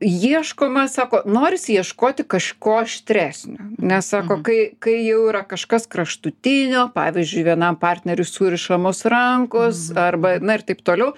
ieškoma sako norisi ieškoti kažko aštresnio nes sako kai kai jau yra kažkas kraštutinio pavyzdžiui vienam partneriui surišamos rankos arba na ir taip toliau